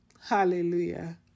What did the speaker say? Hallelujah